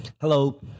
Hello